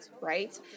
right